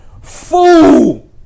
fool